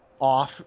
off